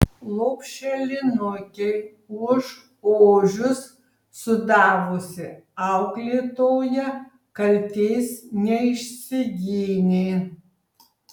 lopšelinukei už ožius sudavusi auklėtoja kaltės neišsigynė